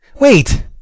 Wait